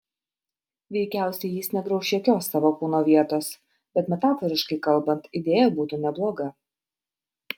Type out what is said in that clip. veikiausiai jis negrauš jokios savo kūno vietos bet metaforiškai kalbant idėja būtų nebloga